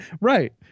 right